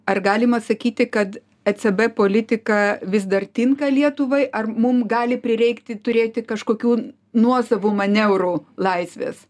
ar galima sakyti kad ecb politika vis dar tinka lietuvai ar mum gali prireikti turėti kažkokių nuosavų manevrų laisvės